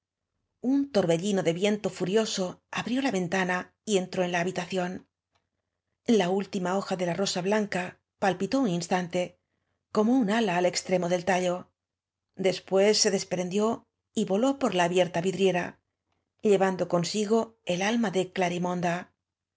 un torbellino de viento furioso abrió la ven tana y entró en la habitación la última hoja de la rosa blanca palpitó un instante como un aia al extremo dei tallo después se desprendió y voló por la abierta vidriera llevando consigo el alma de clarimonda la